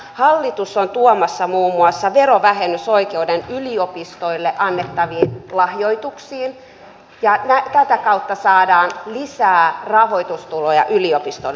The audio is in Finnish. hallitus on tuomassa muun muassa verovähennysoikeuden yliopistoille annettaviin lahjoituksiin ja tätä kautta saadaan lisää rahoitustuloja yliopistoille